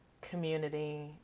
community